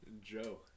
Joe